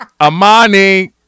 Amani